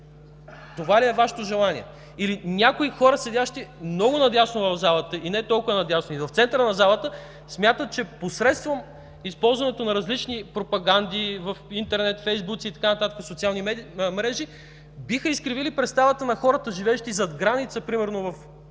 Това ли е Вашето желание? Или някои хора, седящи много на дясно в залата и не толкова на дясно, и в центъра на залата, смятат, че посредством използването на различни пропаганди в интернет, фейсбуци и така нататък – социални мрежи, биха изкривили представата на хората, живеещи зад граница, примерно в